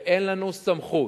ואין לנו סמכות,